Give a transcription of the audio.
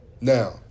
Now